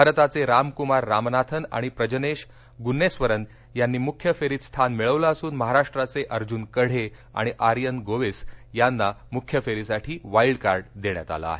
भारताचे रामकुमार रामनाथन आणि प्रजनेश गुन्नेस्वरन यांनी मुख्य फेरीत स्थान मिळवलं असून महाराष्ट्राचे अर्जुन कढे आणि आर्यन गोविस यांना मुख्य फेरीसाठी वाईल्डकार्ड देण्यात आलं आहे